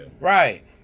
Right